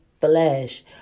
flesh